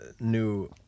new